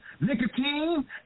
nicotine